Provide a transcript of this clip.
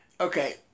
Okay